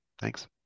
Thanks